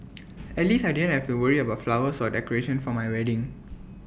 at least I didn't have to worry about flowers or decoration for my wedding